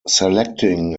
selecting